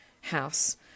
house